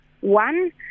One